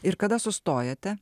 ir kada sustojate